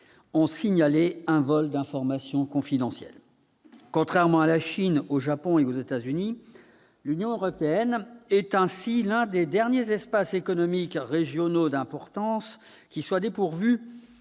ont signalé un vol d'informations confidentielles. Contrairement à la Chine, au Japon et aux États-Unis, l'Union européenne est l'un des derniers espaces économiques régionaux d'importance qui soit dépourvu